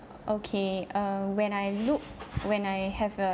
okay err when I look when I have a